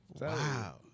Wow